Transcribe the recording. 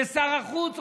ושר החוץ,